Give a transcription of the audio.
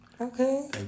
okay